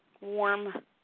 warm